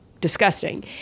disgusting